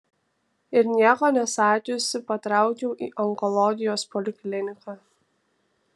ir nieko nesakiusi patraukiau į onkologijos polikliniką